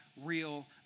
Real